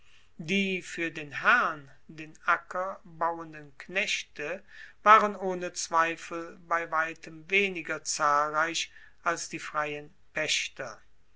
die fuer den herrn den acker bauenden knechte waren ohne zweifel bei weitem weniger zahlreich als die freien paechter